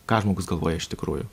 ką žmogus galvoja iš tikrųjų